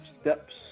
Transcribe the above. steps